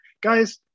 guys